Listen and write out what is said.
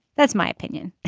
that's my opinion.